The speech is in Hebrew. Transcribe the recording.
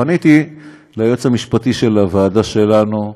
פניתי ליועץ המשפטי של הוועדה שלנו,